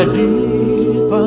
deep